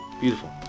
Beautiful